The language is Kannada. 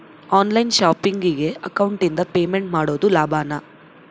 ಆನ್ ಲೈನ್ ಶಾಪಿಂಗಿಗೆ ಅಕೌಂಟಿಂದ ಪೇಮೆಂಟ್ ಮಾಡೋದು ಲಾಭಾನ?